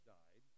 died